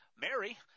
Mary